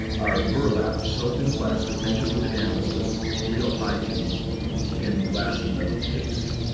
are burlap soaked in plaster, painted with enamel with real pie tins in glass and metal case.